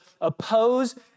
oppose